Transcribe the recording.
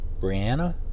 Brianna